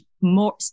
more